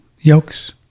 yolks